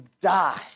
die